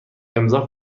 امضاء